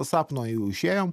sapno jau išėjom